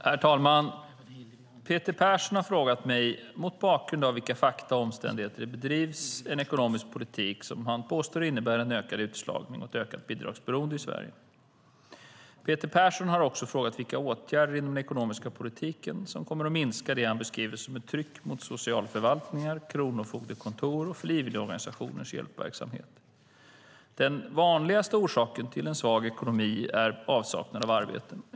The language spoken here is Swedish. Herr talman! Peter Persson har frågat mig mot bakgrund av vilka fakta och omständigheter det bedrivs en ekonomisk politik som han påstår innebär en ökad utslagning och ett ökat bidragsberoende i Sverige. Peter Persson har också frågat vilka åtgärder inom den ekonomiska politiken som kommer att minska det han beskriver som ett tryck mot socialförvaltningar, kronofogdekontor och frivilligorganisationers hjälpverksamhet. Den vanligaste orsaken till en svag ekonomi är avsaknad av arbete.